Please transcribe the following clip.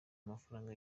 amafaranga